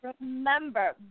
remember